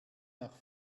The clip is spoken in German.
nach